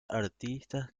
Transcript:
artistas